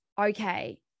okay